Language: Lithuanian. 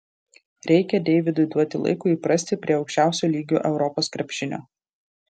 reikia deividui duoti laiko įprasti prie aukščiausio lygio europos krepšinio